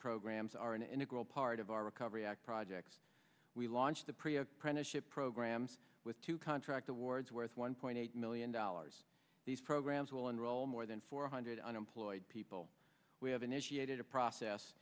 programs are an integral part of our recovery act projects we launched the pre apprenticeship programs with two contract awards worth one point eight million dollars these programs will enroll more than four hundred unemployed people we have initiated a process